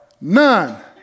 none